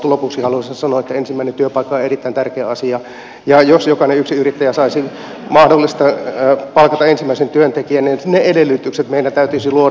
lopuksi haluaisin sanoa että ensimmäinen työpaikka on erittäin tärkeä asia ja edellytykset sille että jokainen yksinyrittäjä saisi mahdollisuuden palkata ensimmäisen työntekijän meidän täytyisi luoda